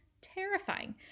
terrifying